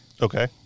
Okay